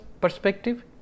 perspective